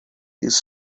his